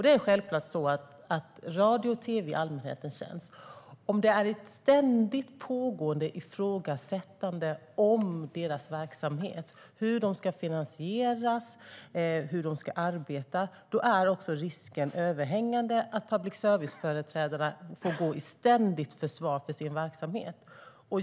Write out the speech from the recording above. Beträffande radio och tv i allmänhetens tjänst: Om det är ett ständigt pågående ifrågasättande av deras verksamhet, hur de ska finansieras och hur de ska arbeta är risken överhängande att public service-företrädarna ständigt får gå i försvar för sin verksamhet.